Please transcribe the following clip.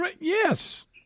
Yes